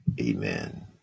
Amen